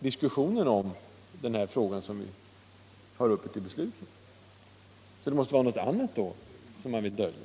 diskussionen om den fråga som nu är uppe för avgörande. Det måste alltså vara något annat som man vill dölja.